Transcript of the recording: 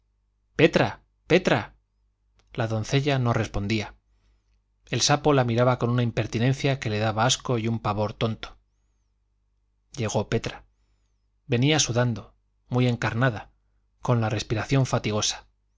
petra petra la doncella no respondía el sapo la miraba con una impertinencia que le daba asco y un pavor tonto llegó petra venía sudando muy encarnada con la respiración fatigosa